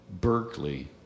Berkeley